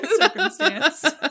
Circumstance